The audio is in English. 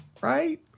right